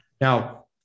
now